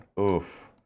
oof